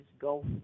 go